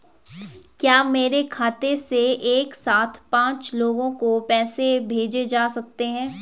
क्या मेरे खाते से एक साथ पांच लोगों को पैसे भेजे जा सकते हैं?